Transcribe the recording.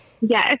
Yes